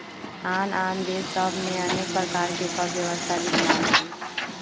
आन आन देश सभ में अनेक प्रकार के कर व्यवस्था विद्यमान हइ